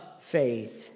faith